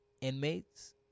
inmates